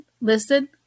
listed